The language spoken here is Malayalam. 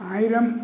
ആയിരം